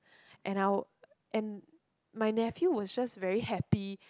and I was and my nephew was just very happy